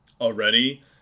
already